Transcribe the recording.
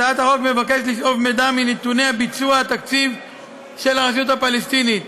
הצעת החוק מבקשת לשאוב מידע מנתוני ביצוע התקציב של הרשות הפלסטינית,